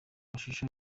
amashusho